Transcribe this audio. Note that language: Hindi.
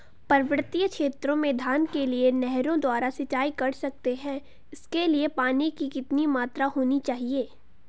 पर्वतीय क्षेत्रों में धान के लिए नहरों द्वारा सिंचाई कर सकते हैं इसके लिए पानी की कितनी मात्रा होनी चाहिए?